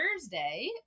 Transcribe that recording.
Thursday